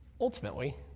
ultimately